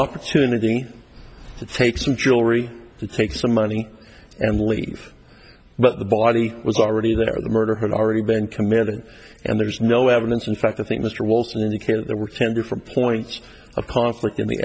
opportunity to take some jewelry to take some money and leave but the body was already there the murder had already been committed and there's no evidence in fact i think mr also indicated there were ten different points of conflict in the